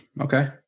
Okay